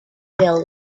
fell